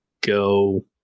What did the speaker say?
go